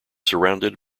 surrounded